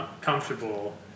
comfortable